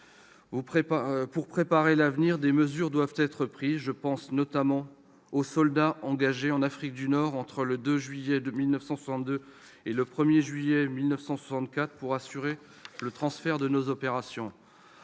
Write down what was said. Pour préparer l'avenir, des mesures doivent être prises. Je pense notamment aux soldats engagés en Afrique du Nord entre le 2 juillet 1962 et le 1 juillet 1964 pour assurer le transfert de nos installations.